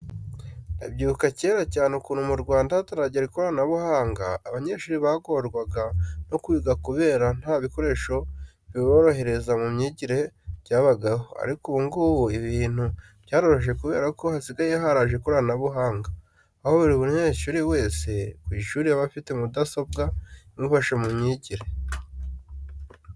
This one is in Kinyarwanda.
Ndabyibuka kera cyane ukuntu mu Rwanda hataragera ikoranabuhanga, abanyeshuri bagorwaga no kwiga kubera nta bikoresho biborohereza mu myigire byabagaho ariko ubu ngubu ibintu byaroroshye kubera ko hasigaye haraje ikoranabuhanga, aho buri munyeshuri wese ku ishuri aba afite mudasobwa imufasha mu myigire.